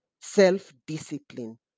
self-discipline